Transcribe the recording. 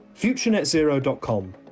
futurenetzero.com